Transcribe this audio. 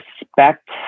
respect